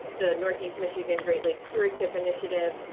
the northeast michigan great lakes stewardship initiative,